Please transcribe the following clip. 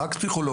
רק פסיכולוג.